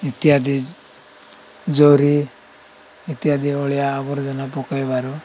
ଇତ୍ୟାଦି ଜରି ଇତ୍ୟାଦି ଅଳିଆ ଆବର୍ଜନା ପକେଇବାରୁ